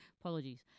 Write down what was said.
apologies